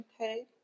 okay